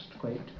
great